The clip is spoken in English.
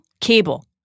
Cable